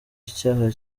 icyaha